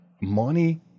money